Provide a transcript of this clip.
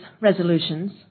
resolutions